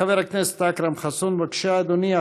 חבר הכנסת אכרם חסון, בבקשה, אדוני.